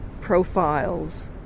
profiles